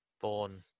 born